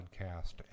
podcast